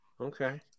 Okay